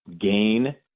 gain